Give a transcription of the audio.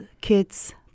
kids